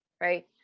right